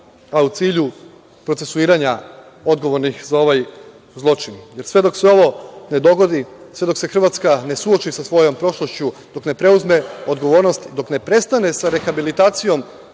a u cilju procesuiranja odgovornih za ovaj zločin? Sve dok se ovo ne dogodi, sve dok se Hrvatska ne suoči sa svojom prošlošću, dok ne preuzme odgovornost, dok ne prestane sa rehabilitacijom